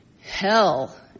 hell